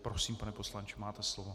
Prosím, pane poslanče, máte slovo.